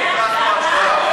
אנחנו יודעים.